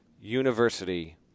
university